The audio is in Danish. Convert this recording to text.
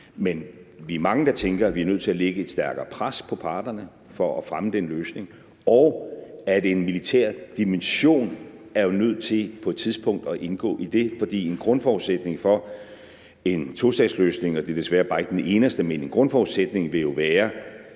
Men vi er mange, der tænker, at vi er nødt til at lægge et stærkere pres på parterne for at fremme den løsning, og at en militær dimension jo er nødt til på et tidspunkt at indgå i det, for en grundforudsætning for en tostatsløsning – og det er desværre bare ikke den eneste – vil jo være